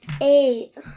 Eight